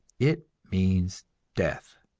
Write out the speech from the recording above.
it means death.